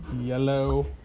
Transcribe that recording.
Yellow